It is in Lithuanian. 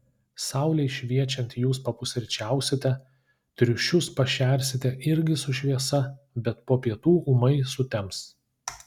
saulei šviečiant jūs papusryčiausite triušius pašersite irgi su šviesa bet po pietų ūmai sutems